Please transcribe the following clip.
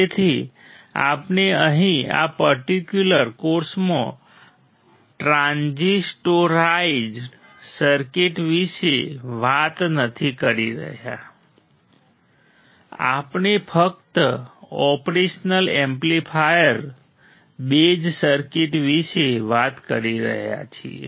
તેથી આપણે અહીં આ પર્ટિક્યુલર કોર્સમાં ટ્રાન્ઝિસ્ટોરાઇઝ્ડ સર્કિટ વિશે વાત નથી કરી રહ્યા આપણે ફક્ત ઓપરેશન એમ્પ્લીફાયર બેઝ સર્કિટ વિશે વાત કરી રહ્યા છીએ